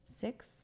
Six